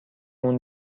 اون